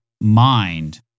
mind